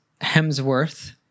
Hemsworth